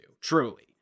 truly